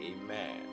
Amen